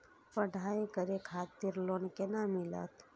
पढ़ाई करे खातिर लोन केना मिलत?